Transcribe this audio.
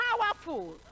powerful